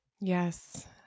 Yes